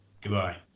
goodbye